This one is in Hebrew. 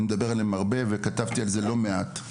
אני מדבר עליהם הרבה וכתבתי על זה לא מעט.